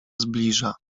zbliża